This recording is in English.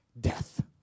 death